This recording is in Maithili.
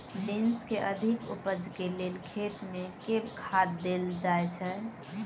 बीन्स केँ अधिक उपज केँ लेल खेत मे केँ खाद देल जाए छैय?